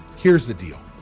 here's the deal.